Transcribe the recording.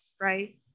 right